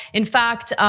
in fact,